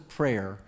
prayer